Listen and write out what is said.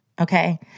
Okay